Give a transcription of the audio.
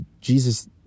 Jesus